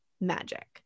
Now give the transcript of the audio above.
magic